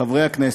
חברי הכנסת,